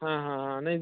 हाँ हाँ हाँ नहीं